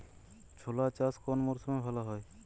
ছোলা চাষ কোন মরশুমে ভালো হয়?